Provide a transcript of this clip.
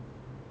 oh